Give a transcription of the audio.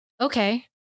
Okay